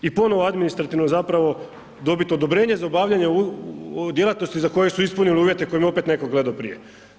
I ponovo administrativno zapravo dobit odobrenje za obavljanje djelatnosti za koje su ispunili uvjete koje im je opet neko gledo prije.